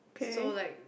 so like